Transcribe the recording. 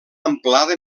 amplada